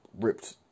ripped